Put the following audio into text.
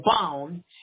bound